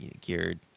geared